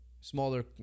smaller